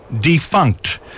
Defunct